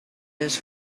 his